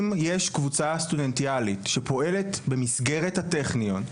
אם יש קבוצה סטודנטיאלית שפועלת במסגרת הטכניון,